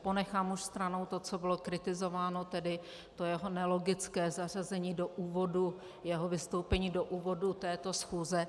Ponechám už stranou to, co bylo kritizováno, tedy to jeho nelogické zařazení jeho vystoupení do úvodu této schůze.